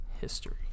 history